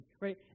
right